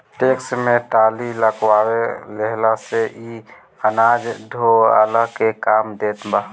tractor में trolley लगवा लेहला से इ अनाज ढोअला के काम देत हवे